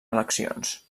eleccions